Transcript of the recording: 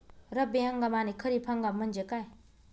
रब्बी हंगाम आणि खरीप हंगाम म्हणजे काय?